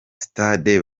stade